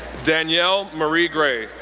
danielle marie gray,